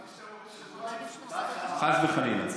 חשבתי שאתם אומרים שדובאי מפותחת, חס וחלילה.